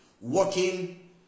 working